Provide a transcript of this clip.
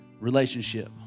relationship